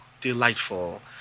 Delightful